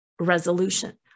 resolution